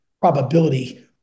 probability